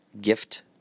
gift